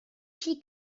she